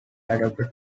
adopted